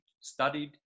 studied